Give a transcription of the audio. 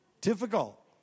difficult